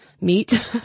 meat